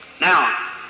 Now